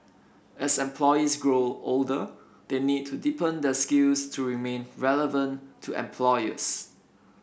as employees grow older they need to deepen their skills to remain relevant to employers